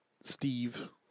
Steve